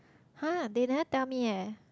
!huh! they never tell me eh